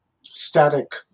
Static